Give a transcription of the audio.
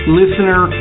listener